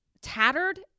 tattered